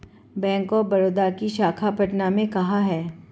Bank of Baroda की शाखा पटना में कहाँ है?